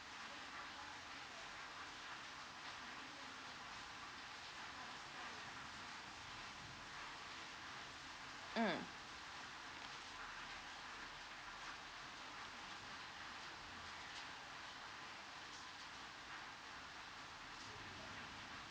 mm